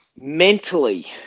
Mentally